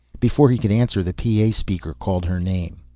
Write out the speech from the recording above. before he could answer, the pa speaker called her name.